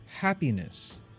happiness